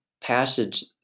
passage